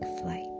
flight